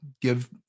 give